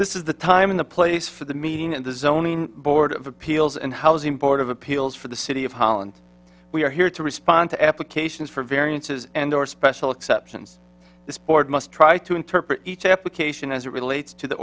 this is the time in the place for the meeting and the zoning board of appeals and housing board of appeals for the city of holland we are here to respond to applications for variances and or special exceptions this board must try to interpret each application as it relates to the